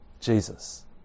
Jesus